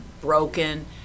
broken